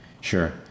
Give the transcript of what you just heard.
Sure